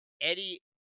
Eddie